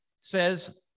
says